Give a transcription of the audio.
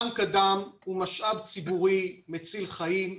בנק הדם הוא משאב ציבורי מציל חיים,